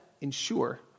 ensure